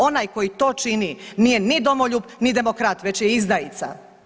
Onaj koji to čini nije ni domoljub, ni demokrat već je izdajica.